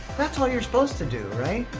that's all you're supposed to do, right?